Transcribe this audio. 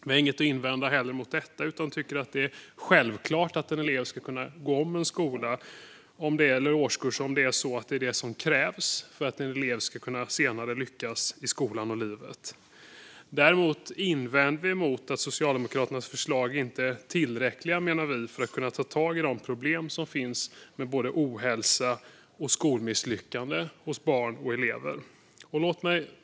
Vi har inget att invända heller mot detta utan tycker att det är självklart att en elev ska kunna gå om en årskurs om det är detta som krävs för att eleven senare ska kunna lyckas i skolan och i livet. Däremot invänder vi mot att Socialdemokraternas förslag inte är tillräckliga för att kunna ta tag i de problem som finns med både ohälsa och skolmisslyckanden hos barn och elever. Fru talman!